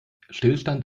stillstand